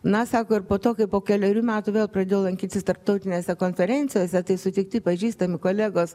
na sako ir po to kai po kelerių metų vėl pradėjo lankytis tarptautinėse konferencijose tai sutikti pažįstami kolegos